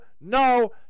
no